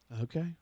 Okay